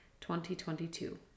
2022